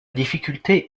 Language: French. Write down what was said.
difficulté